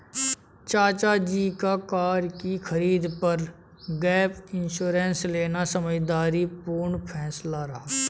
चाचा जी का कार की खरीद पर गैप इंश्योरेंस लेना समझदारी पूर्ण फैसला रहा